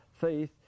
faith